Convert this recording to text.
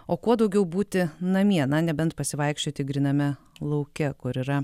o kuo daugiau būti namie na nebent pasivaikščioti gryname lauke kur yra